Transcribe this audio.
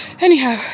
anyhow